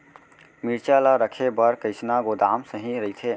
मिरचा ला रखे बर कईसना गोदाम सही रइथे?